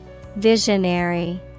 Visionary